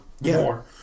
more